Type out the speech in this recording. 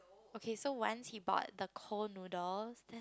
okay so once he bought the cold noodles then